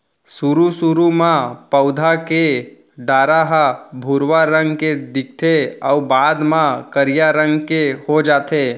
सुरू सुरू म पउधा के डारा ह भुरवा रंग के दिखथे अउ बाद म करिया रंग के हो जाथे